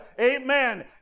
amen